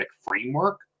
framework